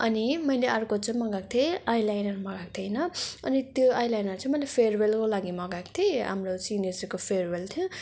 अनि मैले अर्को चाहिँ मगाएको थिएँ आई लाइनर मगाएको थिएँ होइन अनि त्यो आई लाइनर चाहिँ मैले फेरवेलको लागि मगाएको थिएँ हाम्रो सिनियरर्सको फेरवेल थियो